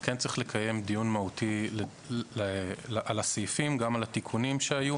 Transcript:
אבל צריך לקיים דיון מהותי על הסעיפים ועל התיקונים שהיו.